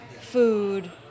food